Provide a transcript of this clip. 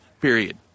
period